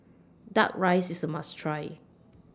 Duck Rice IS A must Try